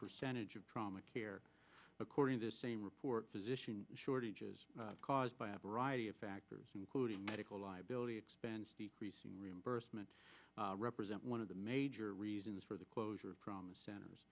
percentage of trauma care according to the same report physician shortage is caused by a variety of factors including medical liability expense decreasing reimbursement represent one of the major reasons for the closure